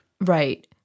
Right